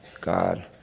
God